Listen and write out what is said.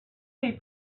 they